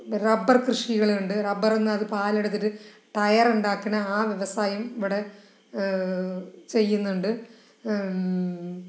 rubber കൃഷികൾ ഉണ്ട് rubber എന്ന് അത് പാലെടുത്തിട്ട് ടയർ ഉണ്ടാക്കുന്ന ആ വ്യവസായം ഇവിടെ ചെയ്യുന്നുണ്ട്